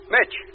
Mitch